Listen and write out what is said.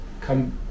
come